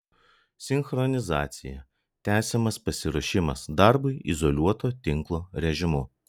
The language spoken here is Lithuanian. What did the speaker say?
sinchronizacija tęsiamas pasiruošimas darbui izoliuoto tinklo režimu